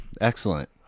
Excellent